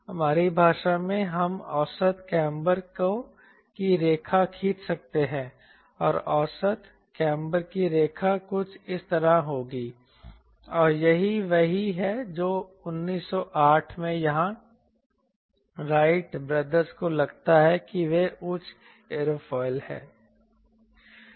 हमारी भाषा में हम औसत कैमर की रेखा खींच सकते हैं और औसत कैमर की रेखा कुछ इस तरह होगी और यही वह है जो 1908 में यहाँ राइट भाइयों को लगता है कि वे एक ऊँचा एयरोफिल है